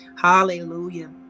Hallelujah